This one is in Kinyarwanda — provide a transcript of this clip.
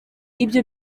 ibyo